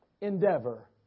endeavor